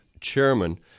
chairman